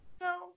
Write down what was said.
No